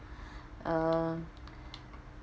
err